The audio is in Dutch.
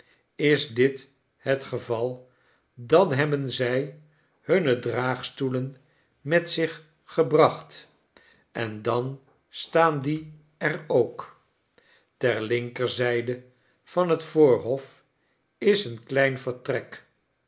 is dit het geval dan hebben zij hunne draagstoelen met zich gebracht en dan staan die er ook ter linkerzijde van het voorhof is een klein vertrek